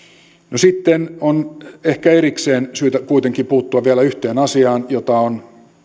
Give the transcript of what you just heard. no sitten on ehkä erikseen syytä kuitenkin puuttua vielä yhteen asiaan jota on